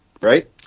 Right